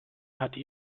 hatte